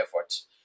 efforts